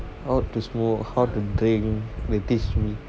how to smoke how to drink they teach me